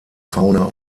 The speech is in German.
fauna